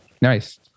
Nice